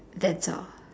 that's all